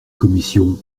commission